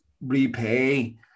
repay